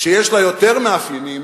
שיש לה יותר מאפיינים